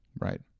Right